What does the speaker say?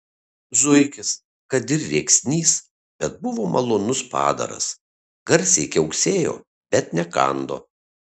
zuikis kad ir rėksnys bet buvo malonus padaras garsiai kiauksėjo bet nekando